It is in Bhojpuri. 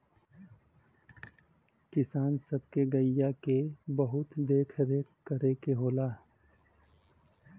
किसान सब के गइया के बहुत देख रेख करे के होला